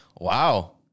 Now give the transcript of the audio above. Wow